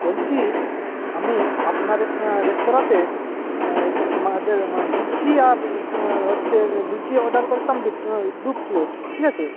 বলছি আমি আপনার এখানে রেস্তোরাঁতে আমাদের মানে লুচি আর হচ্ছে লুচি অর্ডার করেছিলাম দু প্লেট ঠিক আছে